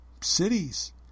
cities